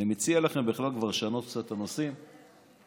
אני מציע לכם בכלל כבר לשנות קצת את הנושאים ולגוון.